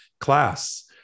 class